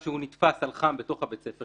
כשהוא נתפס על חם בבית הספר,